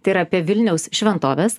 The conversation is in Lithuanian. tai yra apie vilniaus šventoves